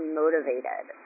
motivated